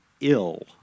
ill